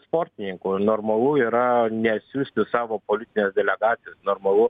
sportininkų normalu yra nesiųsti savo politinės delegacijos normalu